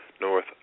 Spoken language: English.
North